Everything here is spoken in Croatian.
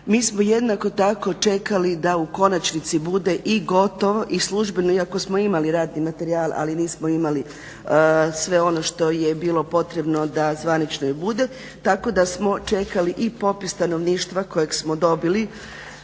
Mi smo jednako tako čekali da u konačnici bude i gotov i službeno iako smo imali radni materijal, ali nismo imali sve ono što je bilo potrebno da zvanično i bude. Tako da smo čekali i popis stanovništva kojeg smo dobili